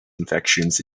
infections